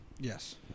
Yes